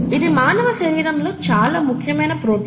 ఇది మానవ శరీరంలో చాలా ముఖ్యమైన ప్రోటీన్